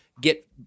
get